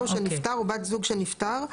(ח) הורהו של נפטר ובת זוג של נפטר זכאים,